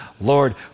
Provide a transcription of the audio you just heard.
Lord